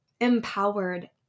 empowered